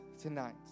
tonight